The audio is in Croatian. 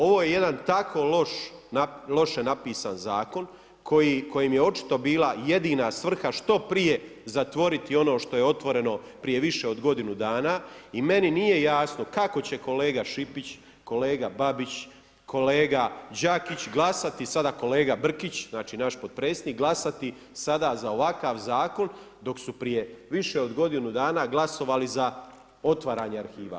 Ovo je jedan tako loše napisan zakon kojim je očito bila jedina svrha što prije zatvoriti ono što je otvoreno prije više od godinu dana i meni nije jasno kako će kolega Šipić, kolega Babić, kolega Đakić glasati, sada kolega Brkić, znači naš potpredsjednik, glasati sada za ovakav Zakon dok su prije više od godinu dana glasovali za otvaranje arhiva.